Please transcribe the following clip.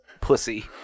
Pussy